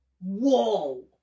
whoa